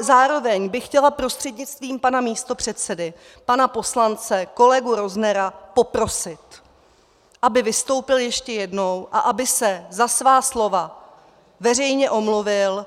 Zároveň bych chtěla prostřednictvím pana místopředsedy pana poslance, kolegu Roznera poprosit, aby vystoupil ještě jednou a aby se za svá slova veřejně omluvil,